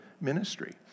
Ministry